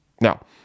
Now